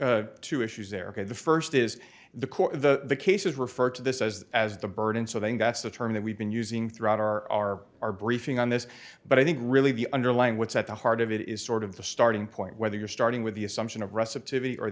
so two issues there the first is the court the cases referred to this as as the burden so then that's the term that we've been using throughout our our briefing on this but i think really the underlying what's at the heart of it is sort of the starting point whether you're starting with the assumption of recipe or